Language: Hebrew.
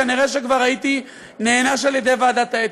כנראה כבר הייתי נענש על-ידי ועדת האתיקה.